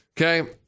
Okay